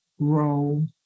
Grow